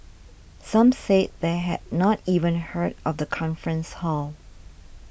some said they had not even heard of the conference hall